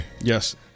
Yes